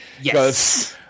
Yes